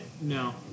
No